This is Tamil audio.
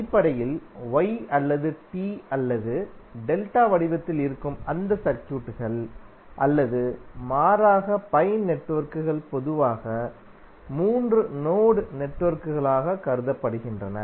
அடிப்படையில் ஒய் அல்லது டி அல்லது டெல்டா வடிவத்தில் இருக்கும் அந்த சர்க்யூட்கள் அல்லது மாறாக பை நெட்வொர்க்குகள் பொதுவாக 3 நோடு நெட்வொர்க்குகளாக கருதப்படுகின்றன